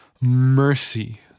mercy